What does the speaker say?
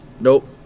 Nope